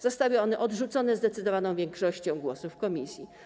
Zostały one odrzucone zdecydowaną większością głosów w komisji.